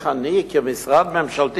תיכף אני אתייחס לזה.